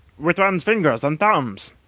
with one's fingers and thumbs!